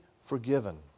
forgiven